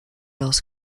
else